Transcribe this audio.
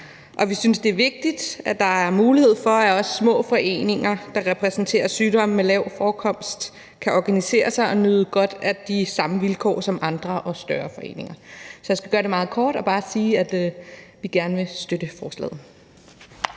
og vi synes, det er vigtigt, at der er mulighed for, at også små foreninger, der repræsenterer sygdomme med lav forekomst, kan organisere sig og nyde godt af de samme vilkår, som andre og større foreningen har. Så jeg skal gøre det meget kort og bare sige, at vi gerne vil støtte forslaget.